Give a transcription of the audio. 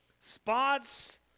Spots